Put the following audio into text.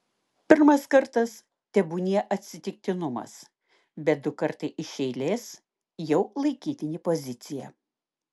pirmas kartas tebūnie atsitiktinumas bet du kartai iš eilės jau laikytini pozicija